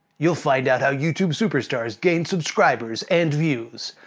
you'll find out how youtube superstars gain subscribers and views.